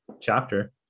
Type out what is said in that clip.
chapter